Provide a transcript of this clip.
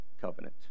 covenant